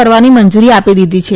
કરવાની મંજૂરી આપી દીધી છે